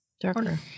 Darker